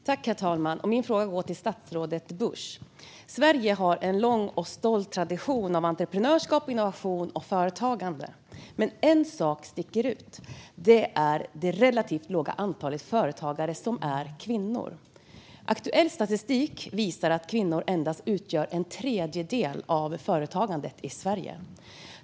Herr talman! Min fråga går till statsrådet Busch. Sverige har en lång och stolt tradition av entreprenörskap, innovation och företagande. Men en sak sticker ut, och det är det relativt låga antalet företagare som är kvinnor. Aktuell statistik visar att kvinnor endast utgör en tredjedel av företagarna i Sverige.